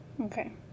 Okay